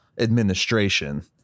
administration